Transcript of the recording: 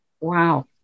wow